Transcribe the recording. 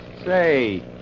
Say